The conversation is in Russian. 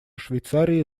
швейцарии